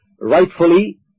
rightfully